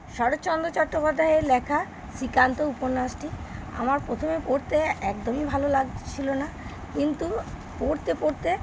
শরৎচন্দ্র চট্টোপাধ্যায়ের লেখা শ্রীকান্ত উপন্যাসটি আমার প্রথমে পড়তে একদমই ভালো লাগছিল না কিন্তু পড়তে পড়তে